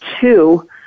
two